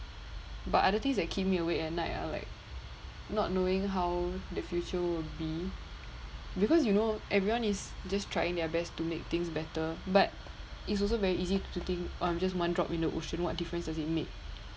but other things that keep me awake at night are like not knowing how the future will be because you know everyone is just trying their best to make things better but it's also very easy to think I'm just one drop in the ocean what difference does it make